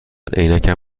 عینکم